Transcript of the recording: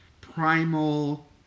primal